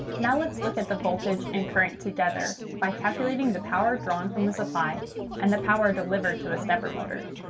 now let's look at the voltage and current together by calculating the power drawn from the supply and the power delivered to the stepper motor.